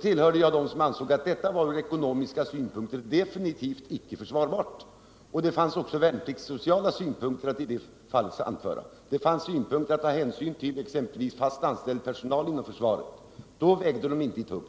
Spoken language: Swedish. tillhörde jag dem som ansåg att detta från ekonomiska synpunkter definitivt icke var försvarbart. Det fanns i det sammanhanget också värnpliktssociala synpunkter att anföra. Man hade även att ta hänsyn till den fast anställda personalen inom försvaret. Då vägde sådana synpunkter inte tungt.